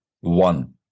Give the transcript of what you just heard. one